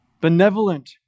benevolent